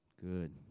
Good